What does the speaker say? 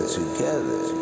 together